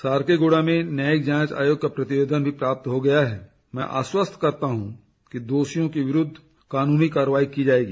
सारकेगुड़ा में न्यायिक जांच आयोग का प्रतिवेदन भी प्राप्त हो गया है मैं आश्वस्त करता हूं कि दोषियों के विरूद्व कानूनी कार्यवाही की जाएगी